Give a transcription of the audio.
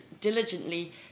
diligently